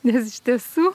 nes iš tiesų